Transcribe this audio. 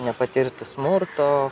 nepatirti smurto